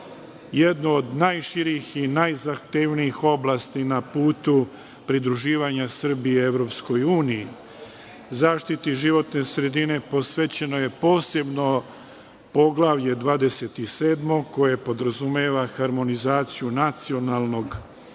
jednu od najširih i najzahtevnijih oblasti na putu pridruživanja Srbije EU. Zaštiti životne sredine posvećeno je posebno Poglavlje 27, koje podrazumeva harmonizaciju nacionalnog